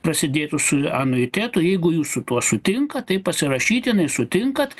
prasidėtų su anuitetu jeigu jūs su tuo sutinkat tai pasirašytinai sutinkat